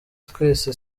twese